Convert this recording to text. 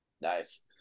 Nice